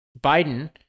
Biden